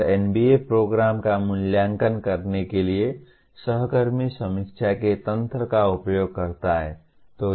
और NBA programme का मूल्यांकन करने के लिए सहकर्मी समीक्षा के तंत्र का उपयोग करता है